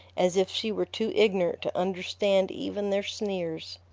as if she were too ignorant to understand even their sneers.